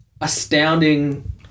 astounding